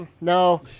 No